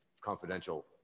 confidential